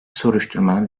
soruşturmanın